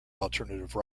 alternative